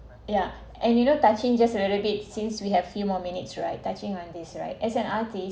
yeah and you know touching just a little bit since we have few more minutes right touching on this right as an artist